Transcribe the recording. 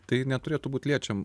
tai neturėtų būti liečiama